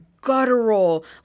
guttural